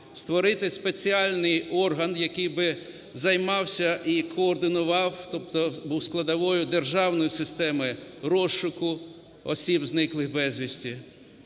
створити спеціальний орган, який би займався і координував, тобто був складовою державної системи розшуку осіб, зниклих безвісти,